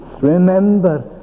Remember